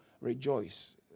rejoice